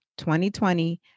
2020